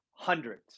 Hundreds